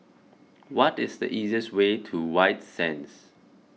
what is the easiest way to White Sands